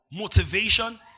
motivation